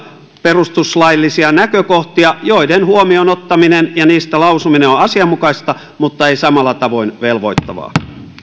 perustuslaillisia näkökohtia joiden huomioon ottaminen ja joista lausuminen on asianmukaista mutta ei samalla tavoin velvoittavaa palaamme